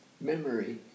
memory